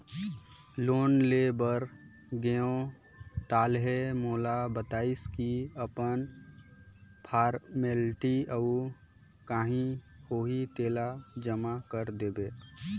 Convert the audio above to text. loan ले बर गेंव ताहले मोला बताइस की अपन फारमेलटी अउ काही होही तेला जमा कर देबे